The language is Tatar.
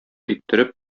иттереп